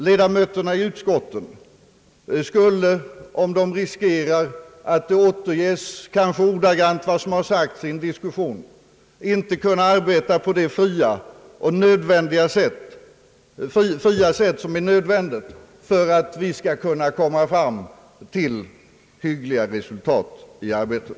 Ledamöterna i utskotten skulle, om de riskerar att vad som sagts i en diskussion kanske återges ordagrant utanför utskottet, inte kunna arbeta på det fria sätt, som är nödvändigt för att vi skall kunna komma fram till hyggliga resultat i arbetet.